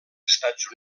estats